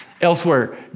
Elsewhere